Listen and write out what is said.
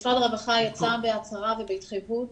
משרד הרווחה יצא בהצהרה ובהתחייבות